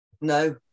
no